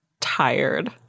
tired